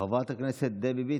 חברת הכנסת דבי ביטון,